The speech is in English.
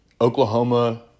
Oklahoma